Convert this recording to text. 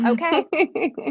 Okay